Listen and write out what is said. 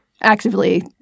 actively